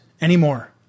anymore